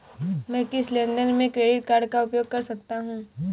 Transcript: मैं किस लेनदेन में क्रेडिट कार्ड का उपयोग कर सकता हूं?